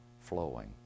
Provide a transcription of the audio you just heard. flowing